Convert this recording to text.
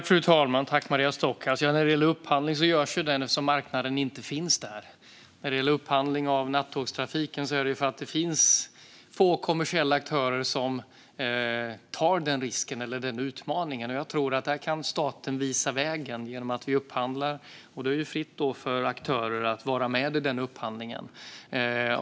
Fru talman och Maria Stockhaus! När det gäller upphandling görs ju den eftersom marknaden inte finns där. När det gäller upphandling av nattågstrafiken görs den för att det finns få kommersiella aktörer som tar den risken eller den utmaningen. Jag tror att staten där kan visa vägen genom att vi upphandlar, och då är det fritt för aktörer att vara med i den upphandlingen.